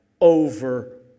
over